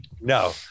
No